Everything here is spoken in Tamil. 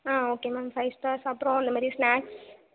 ஆ ஓகே மேம் ஃபைவ் ஸ்டார்ஸ் அப்புறம் அந்த மாதிரி ஸ்நாக்ஸ்